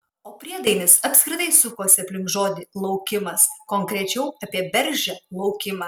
o priedainis apskritai sukosi aplink žodį laukimas konkrečiau apie bergždžią laukimą